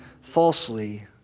falsely